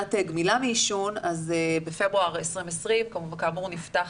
מבחינת גמילה מעישון בפברואר 2020 כאמור נפתח